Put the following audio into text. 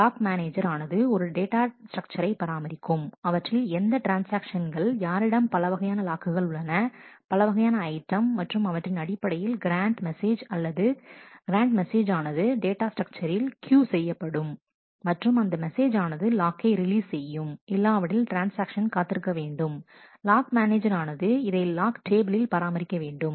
lock manager ஆனது ஒரு data ஸ்ட்ரக்சரை பராமரிக்கும் அவற்றில் எந்த ட்ரான்ஸ்ஆக்ஷன்கள் யாரிடம் பல பலவகையான லாக்குகள் உள்ளன பல வகையான ஐட்டம் மற்றும் அவற்றின் அடிப்படையில் கிராண்ட் மெசேஜ் ஆனது டேட்டா ஸ்ட்ரக்சரில் கியூ செய்யப்படும் மற்றும் அந்த மெசேஜ் ஆனது லாக்கை ரிலீஸ் செய்யும் இல்லாவிடில் ட்ரான்ஸ்ஆக்ஷன் காத்திருக்க வேண்டும் லாக் மேனேஜர் ஆனது இதை லாக் டேபிளில் பராமரிக்க வேண்டும்